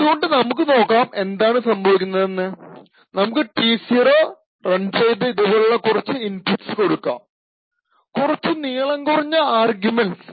അതുകൊണ്ട് നമുക്ക് നോക്കാം എന്താണ് സംഭവിക്കുന്നതെന്ന് നമുക്ക് T0 റൺ ചെയ്ത് ഇതുപോലുള്ള കുറച്ചു ഇന്പുട്സ് കൊടുക്കാം കുറച്ചു നീളം കുറഞ്ഞ ആർഗ്യുമെൻറ്സ്